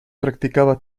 practicaba